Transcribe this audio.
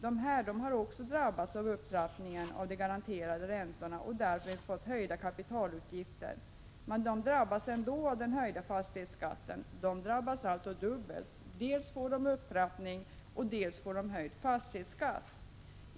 Dessa har alltså också drabbats av upptrappningen av de garanterade räntorna och därmed fått höjda kapitalutgifter, men de drabbas ändå av den höjda fastighetsskatten. De drabbas alltså dubbelt: dels av upptrappningen, dels av höjd fastighetsskatt.